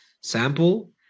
sample